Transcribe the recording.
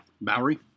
Bowery